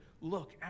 look